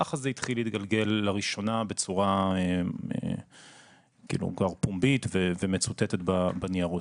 ככה זה התחיל להתגלגל לראשונה בצורה פומבית ומצוטטת בניירות.